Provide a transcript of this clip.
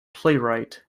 playwright